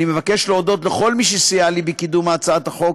אני מבקש להודות לכל מי שסייע לי בקידום הצעת החוק,